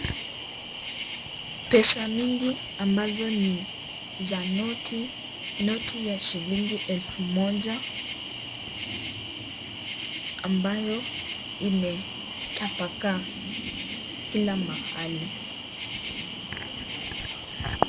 Pesa mingi ambazo ni za noti, noti ya shilingi elfu moja ambayo imetapakaa kila mahali.